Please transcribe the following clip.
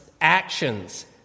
actions